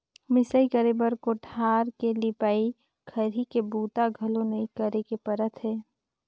मिंसई करे बर कोठार के लिपई, खरही के बूता घलो नइ करे के परत हे